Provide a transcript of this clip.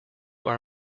our